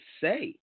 say